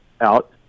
out